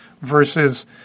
versus